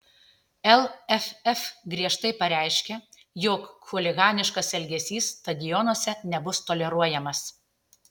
lff griežtai pareiškia jog chuliganiškas elgesys stadionuose nebus toleruojamas